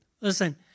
Listen